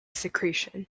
secretion